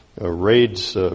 raids